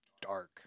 dark